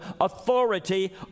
authority